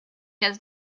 does